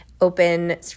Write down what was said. open